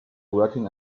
working